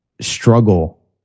struggle